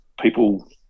people